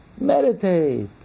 meditate